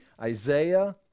Isaiah